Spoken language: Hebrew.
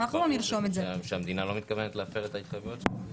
אבל לפרוטוקול שהמדינה לא מתכוונת להפר את ההתחייבויות שלה.